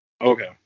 Okay